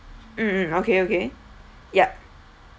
mm mm okay okay yup